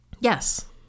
Yes